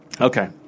Okay